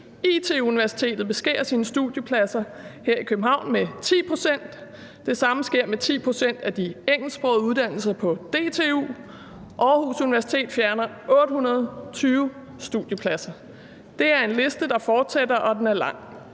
IT-Universitetet beskærer sine studiepladser her i København med 10 pct., og det samme sker for de engelsksprogede uddannelser på DTU, og Aarhus Universitet fjerner 820 studiepladser. Det er en liste, der fortsætter, og den er lang.